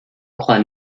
crois